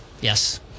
yes